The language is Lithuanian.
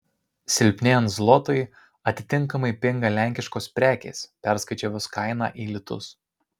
silpnėjant zlotui atitinkamai pinga lenkiškos prekės perskaičiavus kainą į litus